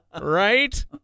Right